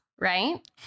right